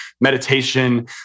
meditation